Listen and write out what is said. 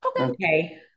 Okay